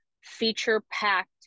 feature-packed